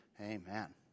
amen